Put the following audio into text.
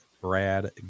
Brad